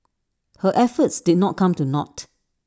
her efforts did not come to naught